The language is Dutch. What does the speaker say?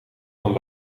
van